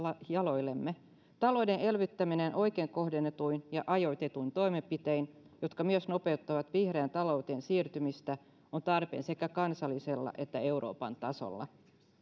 jaloillemme talouden elvyttäminen oikein kohdennetuin ja ajoitetuin toimenpitein jotka myös nopeuttavat vihreään talouteen siirtymistä on tarpeen sekä kansallisella että euroopan tasolla